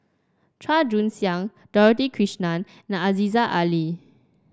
Chua Joon Siang Dorothy Krishnan and Aziza Ali